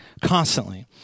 constantly